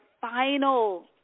final